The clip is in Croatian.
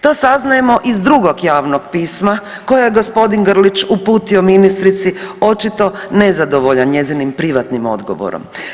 To saznajemo iz drugog javnog pisma koje je g. Grlić uputio ministrici očito nezadovoljan njezinim privatnim odgovorom.